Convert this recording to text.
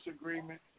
Agreement